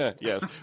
Yes